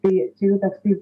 tai čia jau toksai